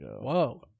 Whoa